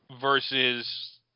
versus